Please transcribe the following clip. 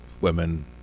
women